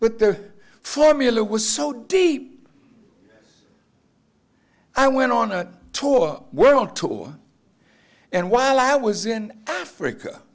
but the formula was so deep i went on a tour world tour and while i was in africa